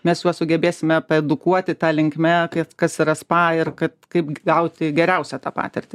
mes juos sugebėsime paedukuoti ta linkme kad kas yra spa ir kad kaip gauti geriausią tą patirtį